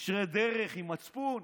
ישרי דרך, עם מצפון.